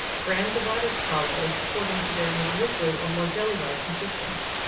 graham divided colloids, according to their more liquid or more jelly-like consistence,